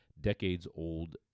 decades-old